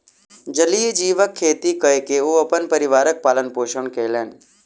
जलीय जीवक खेती कय के ओ अपन परिवारक पालन पोषण कयलैन